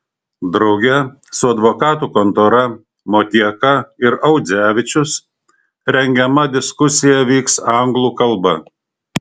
drauge su advokatų kontora motieka ir audzevičius rengiama diskusija vyks anglų kalba